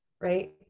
right